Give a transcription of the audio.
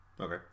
Okay